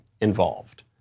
involved